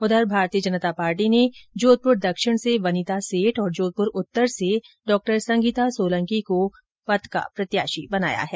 उधर भारतीय जनता पार्टी ने जोधपुर दक्षिण से वनिता सेठ और जोधपुर उत्तर क्षेत्र से डॉ संगीता सोलंकी को महापौर पद की प्रत्याशी बनाया है